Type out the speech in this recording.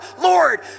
lord